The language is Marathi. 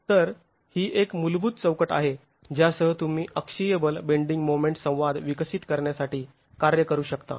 तर ही एक मूलभूत चौकट आहे ज्यासह तुम्ही अक्षीय बल बेंडींग मोमेंट संवाद विकसित करण्यासाठी कार्य करू शकता